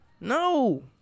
No